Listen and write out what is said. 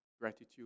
gratitude